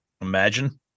Imagine